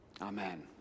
Amen